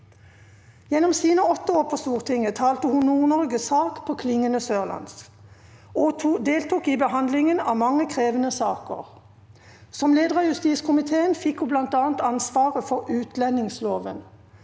Gjennom sine åtte år på Stortinget talte hun NordNorges sak på klingende sørlandsk og deltok i behandlingen av mange krevende saker. Som leder av justiskomiteen fikk hun bl.a. ansvaret for utlendingsloven.